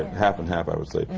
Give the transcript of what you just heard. half and half, i would say.